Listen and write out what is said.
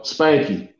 Spanky